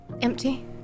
empty